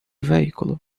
veículo